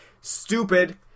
Stupid